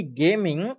gaming